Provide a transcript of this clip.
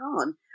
on